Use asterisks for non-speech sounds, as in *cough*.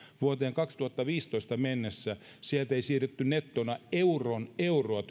vuoteen kaksituhattaviisitoista mennessä sieltä työeläkejärjestelmästä ei siirretty nettona euron euroa *unintelligible*